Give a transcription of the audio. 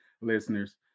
listeners